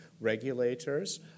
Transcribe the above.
regulators